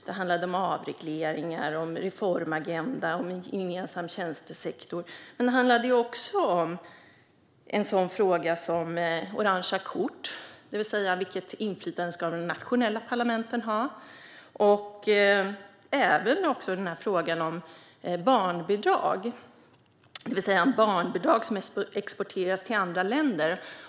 Det handlade om avregleringar, en reformagenda och en gemensam tjänstesektor. Men det handlade också om en sådan fråga som orangea kort, det vill säga vilket inflytande de nationella parlamenten ska ha, och om frågan om barnbidrag som exporteras till andra länder.